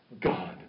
God